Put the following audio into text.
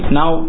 now